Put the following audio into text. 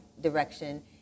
direction